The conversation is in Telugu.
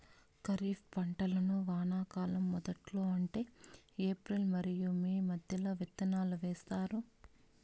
ఖరీఫ్ పంటలను వానాకాలం మొదట్లో అంటే ఏప్రిల్ మరియు మే మధ్యలో విత్తనాలు వేస్తారు